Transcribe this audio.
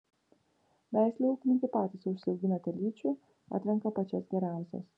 veislei ūkininkai patys užsiaugina telyčių atrenka pačias geriausias